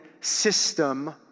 system